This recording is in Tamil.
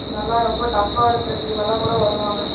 நல்லா ரொம்ப டஃப்பாக இருக்க டீம் எல்லாம் கூட வருவாங்க